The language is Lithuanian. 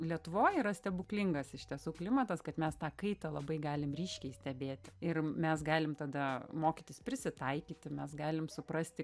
lietuvoj yra stebuklingas iš tiesų klimatas kad mes tą kaitą labai galim ryškiai stebėt ir mes galim tada mokytis prisitaikyti mes galim suprasti